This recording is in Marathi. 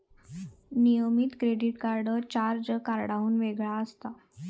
नियमित क्रेडिट कार्ड चार्ज कार्डाहुन वेगळा असता